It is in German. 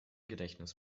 gedächtnis